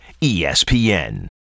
ESPN